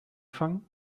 fangen